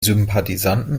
sympathisanten